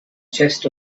chest